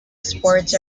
sports